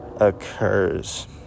occurs